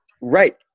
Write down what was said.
Right